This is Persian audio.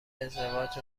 ازدواج